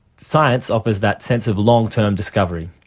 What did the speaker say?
science offers that sense of long-term discovery.